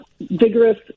vigorous